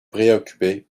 préoccupé